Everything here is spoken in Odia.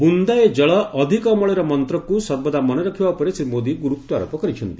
ବୁନ୍ଦାଏ ଜଳ ଅଧିକ ଅମଳର ମନ୍ତ୍ରକୁ ସର୍ବଦା ମନେରଖିବା ଉପରେ ଶ୍ରୀ ମୋଦୀ ଗୁରୁତ୍ୱାରୋପ କରିଛନ୍ତି